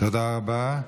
תודה רבה.